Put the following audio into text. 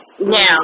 Now